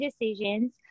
decisions